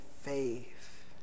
faith